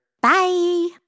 Bye